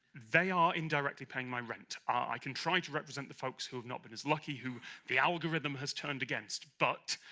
they are indirectly paying my rent. i can try to represent the folks who have not been as lucky, who the algorithm has turned against but,